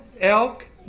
elk